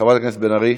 חברי הכנסת בן ארי,